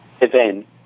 event